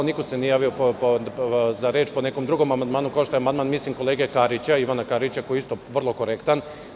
Niko se nije javio za reč po nekom drugom amandmanu kao što je amandman, mislim kolege Karića, koji je vrlo korektan.